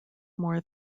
more